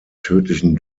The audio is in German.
tödlichen